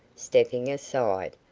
stepping aside,